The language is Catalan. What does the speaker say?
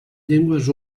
llengües